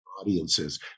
Audiences